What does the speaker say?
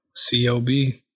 CLB